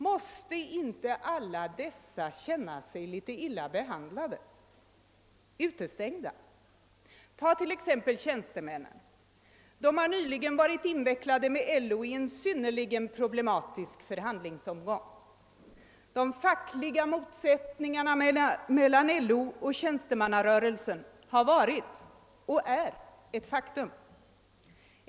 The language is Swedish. Måste inte alla dessa känna sig illa behandlade, utestängda? Ta t.ex. tjänstemännen. De har nyligen varit invecklade med LO i en synnerligen problematisk förhandlingsomgång. De fackliga motsättningarna mellan LO och tjänstemannarörelsen har varit och är ett faktum.